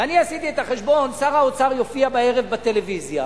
ואני עשיתי את החשבון: שר האוצר יופיע בערב בטלוויזיה,